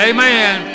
Amen